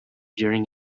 during